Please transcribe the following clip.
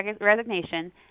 resignation